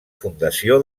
fundació